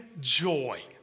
joy